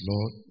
Lord